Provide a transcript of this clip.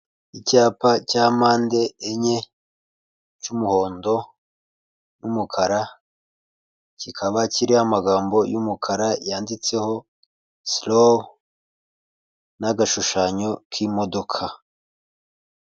Icyapa cya mpande enye cy'umuhondo n'umukara, kikaba kiriho amagambo y'umukara yanditseho Silowu n'agashushanyo k'imodoka.